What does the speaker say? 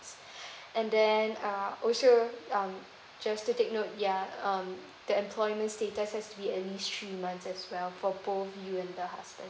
and then uh also um just to take note ya um the employment status has to be at least three months as well for both you the husband's